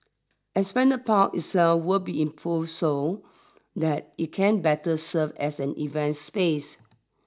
Esplanade Park itself will be improved so that it can better serve as an event space